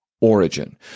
origin